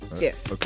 Yes